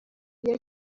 iyo